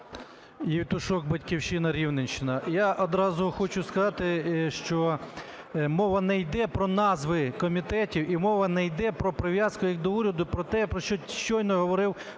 Я одразу хочу сказати, що мова не йде про назви комітетів, і мова не йде про прив'язку як до уряду, про те, про що щойно говорив